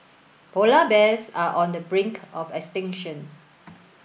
polar bears are on the brink of extinction